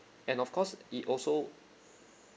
and of course it also